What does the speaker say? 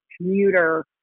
commuter